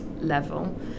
level